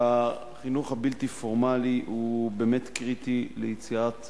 החינוך הבלתי פורמלי הוא באמת קריטי ליצירת